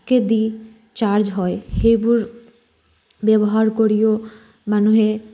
কেদি charge হয় সেইবোৰ ব্যৱহাৰ কৰিও মানুহে